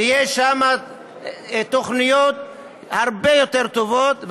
יהיו שם תוכניות הרבה יותר טובות,